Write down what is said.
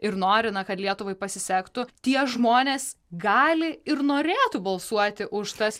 ir nori na kad lietuvai pasisektų tie žmonės gali ir norėtų balsuoti už tas